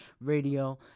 radio